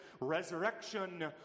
resurrection